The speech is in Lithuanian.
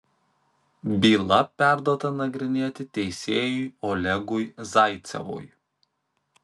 byla perduota nagrinėti teisėjui olegui zaicevui